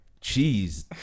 cheese